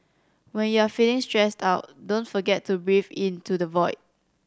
when you are feeling stressed out don't forget to breathe into the void